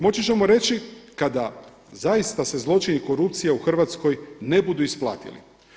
Moći ćemo reći kada zaista se zločini i korupcija u Hrvatskoj ne budu isplatili.